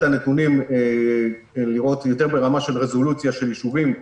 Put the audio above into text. הנתונים לראות ברמה של רזולוציה של יישובים,